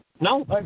No